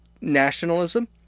nationalism